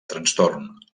trastorn